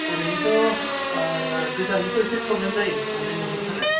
ओरैनोथ' गोजाननिखौ एसे फ्रब्लेम जायो माने नुहुरनो थाखाय